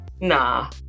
Nah